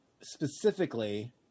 specifically